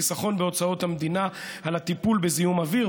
וחיסכון בהוצאות המדינה על הטיפול בזיהום אוויר,